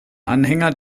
anhänger